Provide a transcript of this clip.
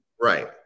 Right